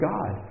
God